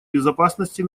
безопасности